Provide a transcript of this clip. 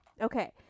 Okay